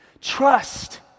Trust